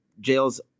jails